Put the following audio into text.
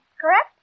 correct